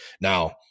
Now